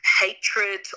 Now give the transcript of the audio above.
hatred